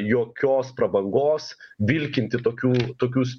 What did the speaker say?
jokios prabangos vilkinti tokių tokius